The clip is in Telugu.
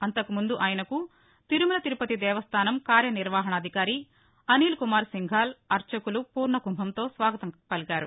అంతకుముందు ఆయనకు తిరుమల తిరుపతి దేవస్థాసం కార్య నిర్వహణాధికారి అనిల్కుమార్ సింఘాల్ అర్చకులు ఫూర్ణకుంభంతో స్వాగతం పలికారు